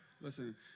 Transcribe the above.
Listen